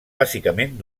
bàsicament